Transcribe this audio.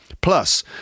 Plus